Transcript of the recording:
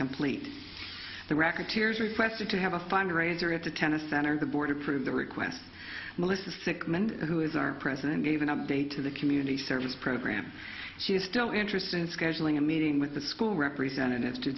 complete the record tears requested to have a fundraiser at the tennis center the board approved the request melissa sickman who is our president gave an update to the community service program she is still interested in scheduling a meeting with the school representatives to